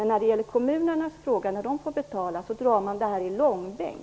Men när det är kommunerna som får betala då drar man frågan i långbänk.